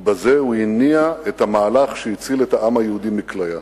ובזה הוא הניע את המהלך שהציל את העם היהודי מכליה.